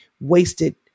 wasted